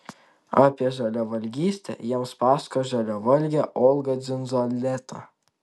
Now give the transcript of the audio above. apie žaliavalgystę jiems pasakojo žaliavalgė olga dzindzaleta